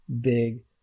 big